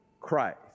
Christ